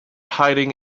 hiding